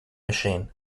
machine